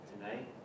tonight